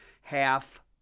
half